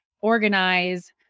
organize